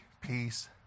peace